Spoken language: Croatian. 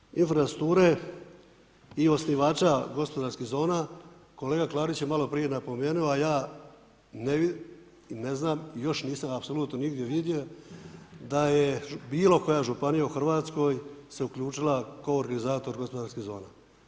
Što se tiče infrastrukture i osnivača gospodarskih zona, kolega Klarić je maloprije napomenuo, a ja ne znam još nisam apsolutno nigdje vidio da je bilo koja županija u Hrvatskoj se uključila kao organizator gospodarskih zona.